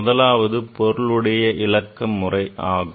முதலாவது பொருளுடைய இலக்க முறையாகும்